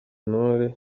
intore